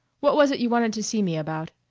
what was it you wanted to see me about?